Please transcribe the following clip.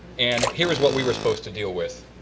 and here is what we were supposed to deal with.